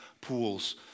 pools